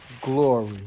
glory